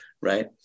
right